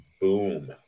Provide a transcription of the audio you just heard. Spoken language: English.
boom